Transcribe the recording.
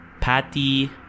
Patty